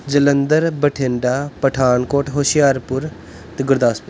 ਜਲੰਧਰ ਬਠਿੰਡਾ ਪਠਾਨਕੋਟ ਹੁਸ਼ਿਆਰਪੁਰ ਅਤੇ ਗੁਰਦਾਸਪੁਰ